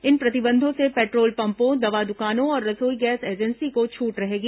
इन प्रतिबंधों से पेट्रोल पम्पों दवा दुकानों और रसोई गैस एजेंसी को छूट रहेगी